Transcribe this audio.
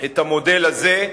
את המודל הזה,